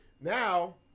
Now